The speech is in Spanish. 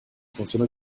funciones